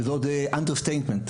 וזה Understatement.